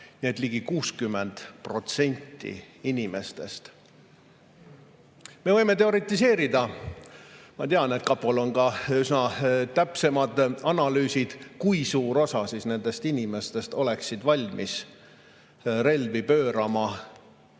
et ligi 60% inimestest. Me võime teoretiseerida. Ma tean, et kapol on ka täpsemad analüüsid, kui suur osa nendest inimestest oleks valmis relvi pöörama